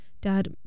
Dad